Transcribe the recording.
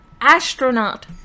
astronaut